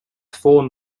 formed